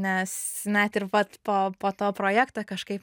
nes net ir vat po po to projekto kažkaip